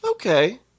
Okay